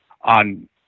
on